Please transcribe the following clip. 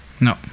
No